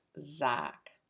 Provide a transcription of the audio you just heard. Zach